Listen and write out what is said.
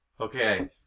Okay